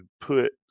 put